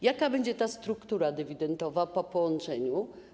Jaka będzie struktura dywidendowa po połączeniu?